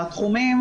בתחומים,